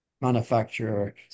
manufacturer